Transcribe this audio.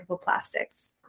plastics